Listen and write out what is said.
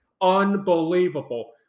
Unbelievable